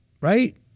right